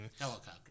Helicopter